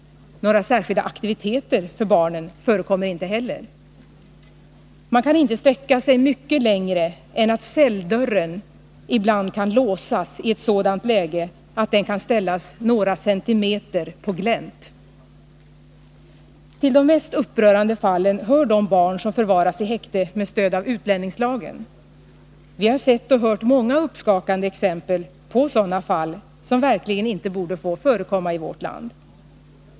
Några särskilda aktiviteter för barnen förekommer inte. Man kan inte sträcka sig mycket längre än att celldörren ibland kan låsas i sådant läge att den kan ställas några centimeter på glänt! Till de mest upprörande fallen hör de barn som förvaras i häkte med stöd av utlänningslagen. Vi har sett och hört många uppskakande exempel på sådana fall, som verkligen inte borde få förekomma i vårt land.